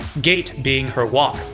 gait being her walk.